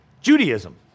Judaism